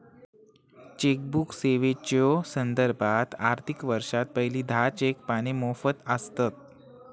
chequebook सेवेच्यो संदर्भात, आर्थिक वर्षात पहिली दहा चेक पाने मोफत आसतत